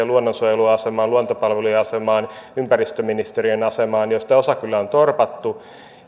luonnonsuojelun asemaan luontopalvelujen asemaan ympäristöministeriön asemaan joista osa kyllä on torpattu